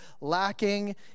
lacking